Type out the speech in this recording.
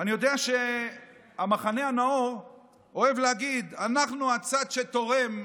אני יודע שהמחנה הנאור אוהב להגיד: אנחנו הצד שתורם,